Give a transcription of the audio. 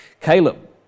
Caleb